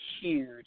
huge